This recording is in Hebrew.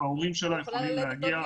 ההורים שלה יכולים להגיע.